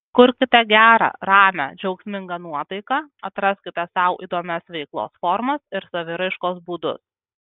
kurkite gerą ramią džiaugsmingą nuotaiką atraskite sau įdomias veiklos formas ir saviraiškos būdus